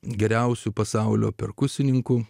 geriausiu pasaulio perkusininkų